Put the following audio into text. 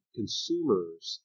consumers